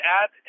add